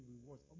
rewards